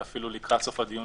ואפילו לקראת סוף הדיון,